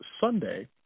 Sunday